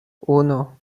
uno